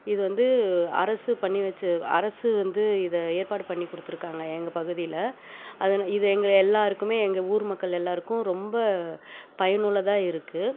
இது வந்து அரசு பண்ணி வெச்ச அரசு வந்து இதை ஏற்பாடு பண்ணி கொடுத்துருக்காங்க எங்கள் பகுதியில் அதன் இது எங்கள் எல்லோருக்குமே எங்கள் ஊர் மக்கள் எல்லோருக்கும் ரொம்ப பயனுள்ளதாக இருக்குது